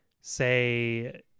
say